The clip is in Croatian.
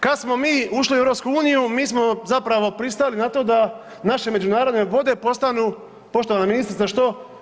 Kad smo mi ušli u EU mi smo zapravo pristali na to da naše međunarodne vode postanu poštovana ministrice što?